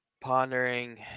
pondering